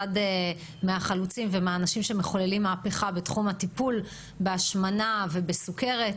מהחלוצים ומהאנשים שמחוללים מהפכה בתחום הטיפול בהשמנה ובסוכרת.